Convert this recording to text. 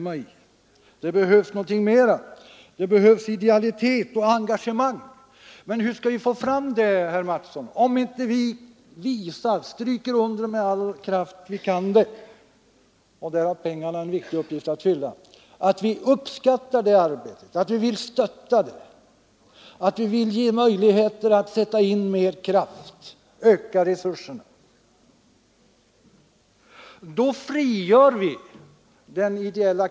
Men det behövs något mer än bara pengar. Det behövs idealitet och engagemang! Hur skall vi få fram det, herr Mattsson, om vi inte visar och med all kraft understryker att vi uppskattar det arbete som utförs, att vi vill stötta det, att vi vill ge möjligheter att sätta in större kraft och ökade resurser? Det är där som pengarna har en viktig uppgift att fylla.